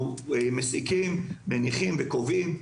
אנחנו מסיקים, מניחים וקובעים,